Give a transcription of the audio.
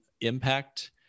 impact